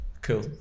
Cool